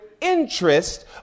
interest